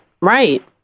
right